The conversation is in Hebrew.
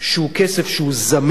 שהוא כסף זמין,